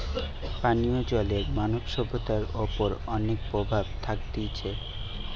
পানীয় জলের মানব সভ্যতার ওপর অনেক প্রভাব থাকতিছে